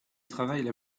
travaillent